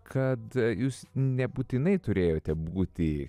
kad jūs nebūtinai turėjote būti